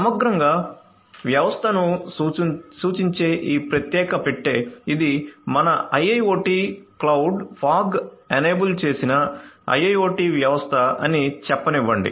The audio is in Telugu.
సమగ్రంగా వ్యవస్థను సూచించే ఈ ప్రత్యేక పెట్టె ఇది మన IIoT క్లౌడ్ ఫాగ్ ఎనేబుల్ చేసిన IIoT వ్యవస్థ అని చెప్పనివ్వండి